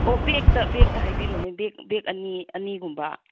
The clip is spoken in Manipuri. ꯍꯣ ꯕꯦꯛꯇ ꯕꯦꯛꯇ ꯍꯥꯏꯕꯤꯔꯣꯅꯦ ꯕꯦꯛ ꯕꯦꯛ ꯑꯅꯤ ꯑꯅꯤꯒꯨꯝꯕ